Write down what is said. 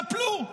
טפלו.